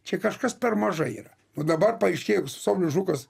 čia kažkas per mažai yra o dabar paaiškėjo kad saulius žukas